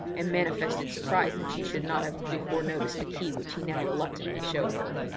and manifested surprise that she should not have before noticed the key which he now reluctantly showed her.